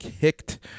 kicked